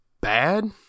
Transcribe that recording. bad